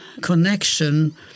connection